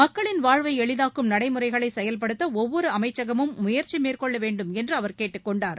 மக்களின் வாழ்வை எளிதாக்கும் நடைமுறைகளை செயல்படுத்த ஒவ்வொரு அமைச்சகமும் முயற்சி மேற்கொள்ளவேண்டும் என்று அவர் கேட்டுக்கொண்டார்